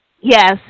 Yes